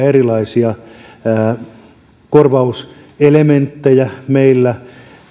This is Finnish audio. erilaisia työsuhdeperusteisia korvauselementtejä meillä